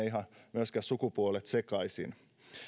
ihan sukupuolet sekaisin